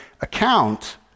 account